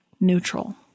neutral